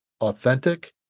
authentic